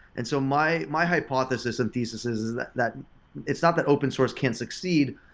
and so my my hypothesis and thesis is that that it's not that open source can't succeed,